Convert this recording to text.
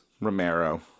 Romero